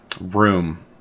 room